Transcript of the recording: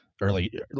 early